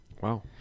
Wow